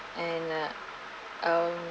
and uh I'm